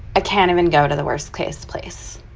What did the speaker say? i can't even go to the worst-case place.